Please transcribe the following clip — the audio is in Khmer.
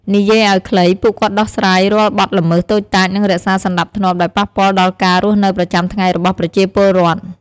និយាយឲ្យខ្លី ពួកគាត់ដោះស្រាយរាល់បទល្មើសតូចតាចនិងរក្សាសណ្ដាប់ធ្នាប់ដែលប៉ះពាល់ដល់ការរស់នៅប្រចាំថ្ងៃរបស់ប្រជាពលរដ្ឋ។